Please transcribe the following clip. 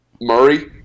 Murray